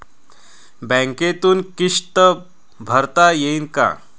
बँकेतून किस्त भरता येईन का?